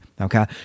Okay